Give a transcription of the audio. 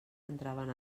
entraven